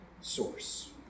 source